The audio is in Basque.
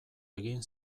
egin